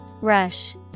Rush